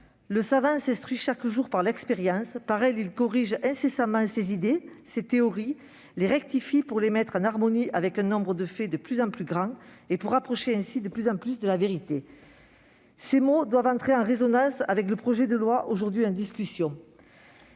Le savant s'instruit chaque jour par l'expérience ; par elle il corrige incessamment ses idées [...], ses théories, les rectifie pour les mettre en harmonie avec un nombre de faits de plus en plus grands, et pour approcher ainsi de plus en plus de la vérité. » Ces mots doivent entrer en résonance avec le projet de loi organique aujourd'hui en discussion.